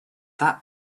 that